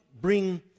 bring